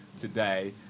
today